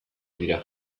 dira